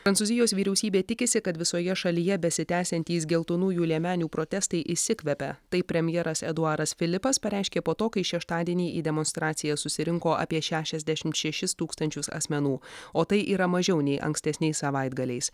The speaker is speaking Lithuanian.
prancūzijos vyriausybė tikisi kad visoje šalyje besitęsiantys geltonųjų liemenių protestai išsikvepia taip premjeras eduaras filipas pareiškė po to kai šeštadienį į demonstraciją susirinko apie šešiasdešimt šešis tūkstančius asmenų o tai yra mažiau nei ankstesniais savaitgaliais